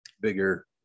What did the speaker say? Bigger